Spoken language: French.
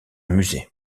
musée